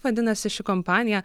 vadinasi ši kompanija